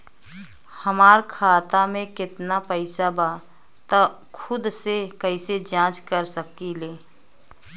हमार खाता में केतना पइसा बा त खुद से कइसे जाँच कर सकी ले?